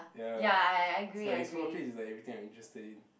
ya so explore page is like everything you're interested in